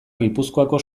gipuzkoako